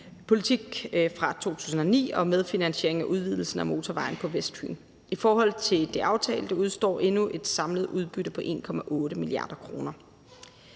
fra 2009 og medfinansiering af udvidelsen af motorvejen på Vestfyn. I forhold til det aftalte udestår endnu et samlet udbytte på 1,8 mia. kr.